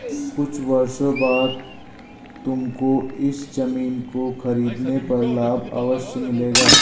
कुछ वर्षों बाद तुमको इस ज़मीन को खरीदने पर लाभ अवश्य मिलेगा